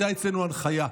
הייתה אצלנו הנחיה,